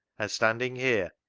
and standing here,